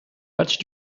matches